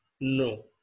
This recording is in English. No